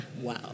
wow